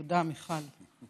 תודה, מיכל.